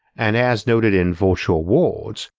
and as noted in virtual worlds,